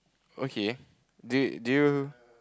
okay do you do you